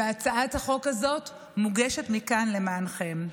והצעת החוק הזאת מוגשת מכאן למענכם.